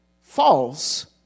false